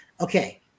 okay